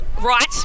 right